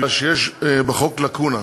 משום שיש בחוק לקונה,